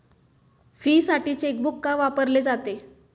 फीसाठी चेकबुक का वापरले जाते?